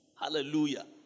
Hallelujah